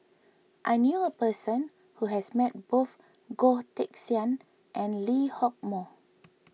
I knew a person who has met both Goh Teck Sian and Lee Hock Moh